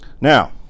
Now